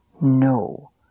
No